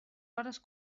hores